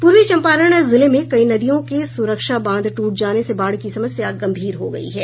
पूर्वी चंपारण जिले में कई नदियों के सुरक्षा बांध ट्रट जाने से बाढ़ की समस्या गंभीर हो गयी है